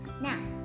now